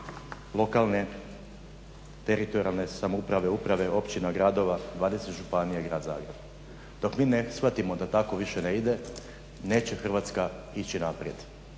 lokalne, teritorijalne samouprave, uprave, općina, gradova, 20 županija i Grad Zagreb. Dok mi ne shvatimo da tako više ne ide neće Hrvatska ići naprijed.